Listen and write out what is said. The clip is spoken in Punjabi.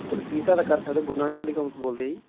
ਤੁਹਾਡੀ ਕੀ ਸਹਾਇਤਾ ਕਰ ਸਕਦੇ ਗੁਰ ਨਾਨਕ ਟੈਲੀਕੋਮ ਤੋਂ ਬੋਲਦੇ ਜੀ